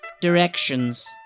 Directions